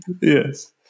Yes